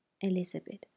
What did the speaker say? Elizabeth